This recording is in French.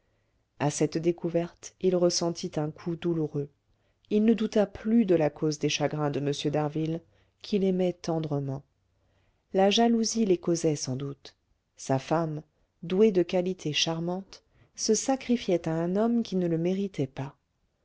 à cette découverte il ressenti un coup douloureux il ne douta plus de la cause des chagrins de m d'harville qu'il aimait tendrement la jalousie les causait sans doute sa femme douée de qualités charmantes se sacrifiait à un homme qui ne le méritait pas